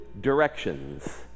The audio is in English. directions